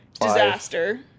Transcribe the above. Disaster